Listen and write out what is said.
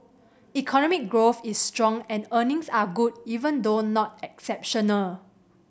economic growth is strong and earnings are good even though not exceptional